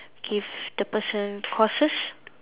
give the person courses